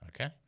okay